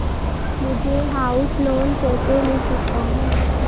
मुझे house loan कैसे मिल सकता है?